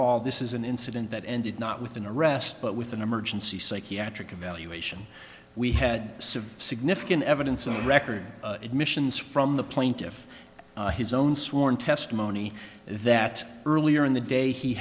all this is an incident that ended not with an arrest but with an emergency psychiatric evaluation we had severe significant evidence on the record admissions from the plaintiff his own sworn testimony that earlier in the day he